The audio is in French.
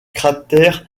cratère